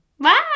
Bye